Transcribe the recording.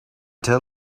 tell